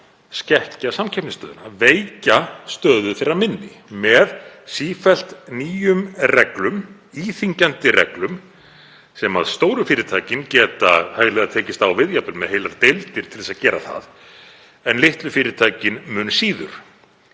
skekkja samkeppnisstöðuna, að veikja stöðu þeirra minni með sífellt nýjum reglum, íþyngjandi reglum, sem stóru fyrirtækin geta hæglega tekist á við, jafnvel með heilar deildir til að gera það, en litlu fyrirtækin mun síður.